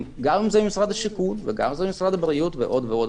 - גם אם זה משרד השיכון וגם אם זה משרד הבריאות וכו'.